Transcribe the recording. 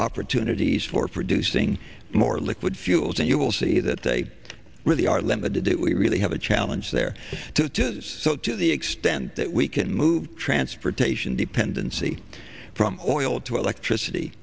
opportunities for producing more liquid fuels and you will see that they really are limited that we really have a challenge there to so to the extent that we can move transportation dependency from oil to electricity